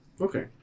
Okay